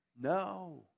No